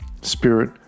spirit